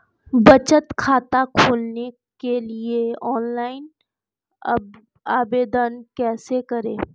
बचत खाता खोलने के लिए ऑनलाइन आवेदन कैसे करें?